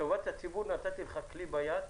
"טובת הציבור" נתתי לך כלי ביד.